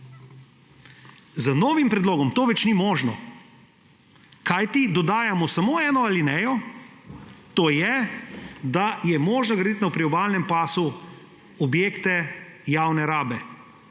Z novim predlogom to več ni možno, kajti dodajamo samo eno alinejo, to je, da je možno graditi na priobalnem pasu objekte javne rabe,